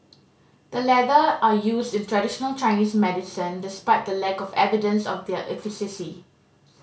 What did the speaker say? the latter are used in traditional Chinese medicine despite the lack of evidence of their efficacy